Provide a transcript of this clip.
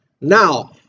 Now